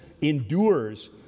endures